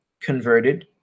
converted